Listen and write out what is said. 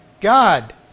God